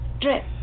drip